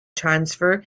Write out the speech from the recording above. transfer